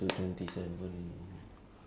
damn cold sia this room